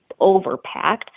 overpacked